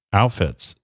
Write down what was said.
outfits